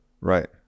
right